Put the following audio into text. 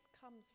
comes